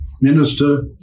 Minister